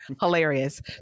hilarious